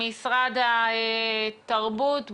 משרד התרבות,